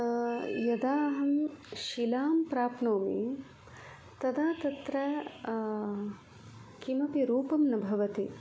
यदा अहं शिलां प्राप्नोमि तदा तत्र किमपि रूपं न भवति